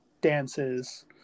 dances